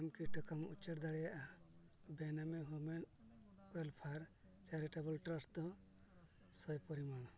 ᱟᱢ ᱠᱤ ᱴᱟᱠᱟᱢ ᱩᱪᱟᱹᱲ ᱫᱟᱲᱮᱭᱟᱜᱼᱟ ᱵᱮᱱᱟᱢᱤ human welfare charitable trust ᱫᱚ ᱥᱟᱭ ᱯᱚᱨᱤᱢᱟᱱ